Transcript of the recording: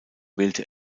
wählte